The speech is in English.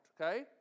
okay